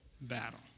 battle